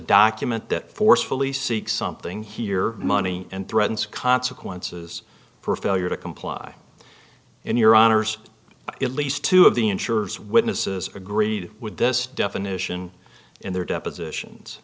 document that forcefully seeks something here money and threatens consequences for failure to comply in your honour's at least two of the insurers witnesses agreed with this definition in their depositions